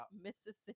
mississippi